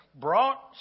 brought